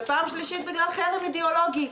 ופעם שלישית, בגלל חרם אידיאולוגי.